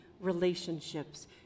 relationships